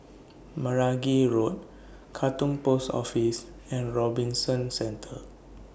Meragi Road Katong Post Office and Robinson Centre